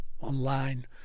online